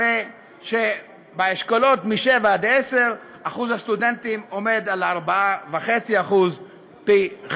הרי שבאשכולות מ-7 עד 10 אחוז הסטודנטים עומד על 4.5% פי-חמישה.